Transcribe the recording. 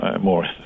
more